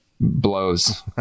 Blows